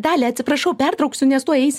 dalia atsiprašau pertrauksiu nes tuoj eisi